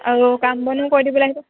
আৰু কাম বনো কৰি দিবলৈ আহিব